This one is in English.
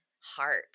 heart